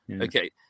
okay